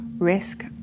Risk